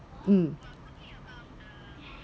um